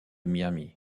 miami